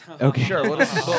Okay